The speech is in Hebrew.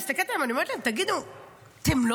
אני מסתכלת עליהם ואומרת להם: תגידו,